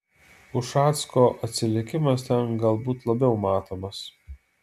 ušacko atsilikimas ten galbūt labiau matomas